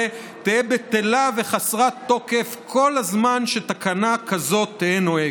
תהא בטלה וחסרת תוקף כל זמן שתקנה כזאת תהא נוהגת".